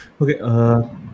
okay